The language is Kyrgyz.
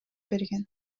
берген